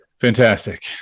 Fantastic